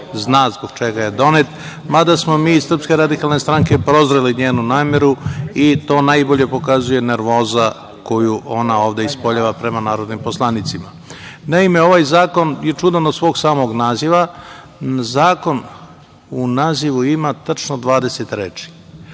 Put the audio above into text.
zna zbog čega je donet. Mada smo mi iz SRS prozreli njenu nameru i to najbolje pokazuje nervoza koju ona ovde ispoljava prema narodnim poslanicima. Naime, ovaj zakon je čudan od svog samog naziva. Zakon u nazivu ima tačno 20 reči.